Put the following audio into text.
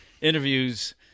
interviews